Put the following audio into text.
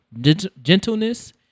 gentleness